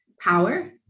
power